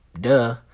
Duh